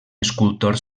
escultor